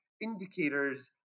indicators